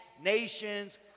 nations